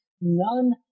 None